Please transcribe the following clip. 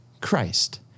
Christ